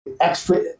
extra